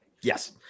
yes